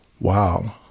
Wow